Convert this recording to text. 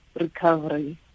recovery